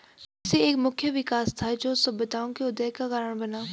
कृषि एक मुख्य विकास था, जो सभ्यताओं के उदय का कारण बना